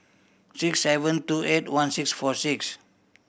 six seven two eight one six four six